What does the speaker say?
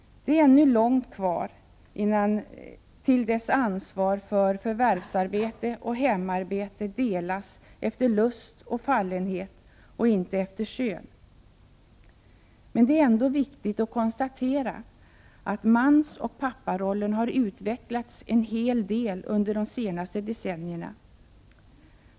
Det är ännu långt kvar till dess ansvar för förvärvsarbete och hemarbete delas efter lust och fallenhet och inte efter kön. Men det är ändå viktigt att konstatera att mansoch papparollen har utvecklats en hel del under de senaste decennierna.